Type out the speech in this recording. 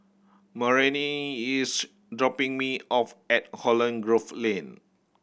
Marianne is dropping me off at Holland Grove Lane